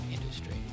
industry